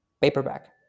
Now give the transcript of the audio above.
paperback